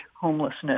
homelessness